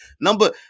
Number